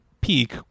peak